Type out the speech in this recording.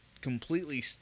completely